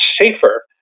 safer